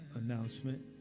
announcement